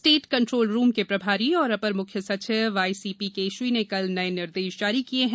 state control room के प्रभारी व अपर मुख्य सचिव आईसीपी केशरी ने कल नए निर्देश जारी किए हैं